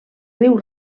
riu